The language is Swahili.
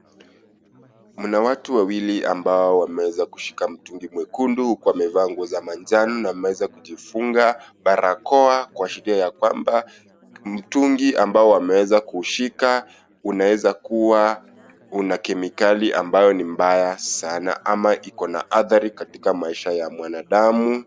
Muna watu wawili ambao wameweza kushika mtungi mwekundu huku wamevaa nguo za manjano na wameweza kujifunga barakoa kuashiria ya kwamba mtungi ambao wameweza kuushika unaweza kuwa una kemikali ambayo ni mbaya sana ama iko na adhari katika maisha ya mwanadamu .